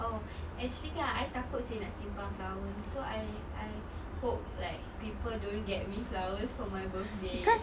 oh actually kan I takut seh nak simpan flowers so I I hope like people don't get me flowers for my birthday